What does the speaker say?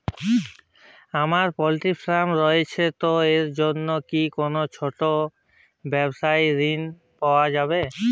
আমার poultry farm রয়েছে তো এর জন্য কি কোনো ছোটো ব্যাবসায়িক ঋণ পাওয়া যাবে?